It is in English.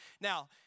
Now